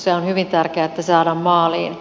se on hyvin tärkeä saada maaliin